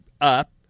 up